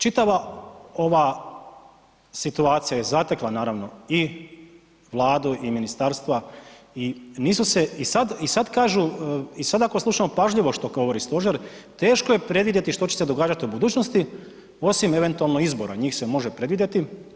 Čitava ova situacija je zatekla naravno i Vladu i ministarstva i nisu se, i sad kažu i sad ako slušamo pažljivo što govori stožer teško je predvidjeti što će se događati u budućnosti osim eventualno izbora, njih se može predvidjeti.